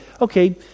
okay